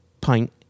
pint